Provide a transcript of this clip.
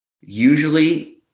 Usually